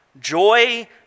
joy